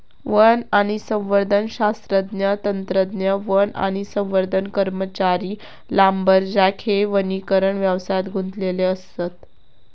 one आणि संवर्धन शास्त्रज्ञ, तंत्रज्ञ, वन आणि संवर्धन कर्मचारी, लांबरजॅक हे वनीकरण व्यवसायात गुंतलेले असत